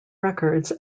records